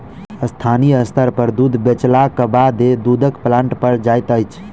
स्थानीय स्तर पर दूध बेचलाक बादे दूधक प्लांट पर जाइत छै